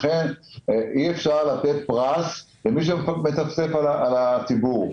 אי אפשר לתת פרס למי שמצפצף על הציבור.